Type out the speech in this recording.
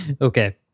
Okay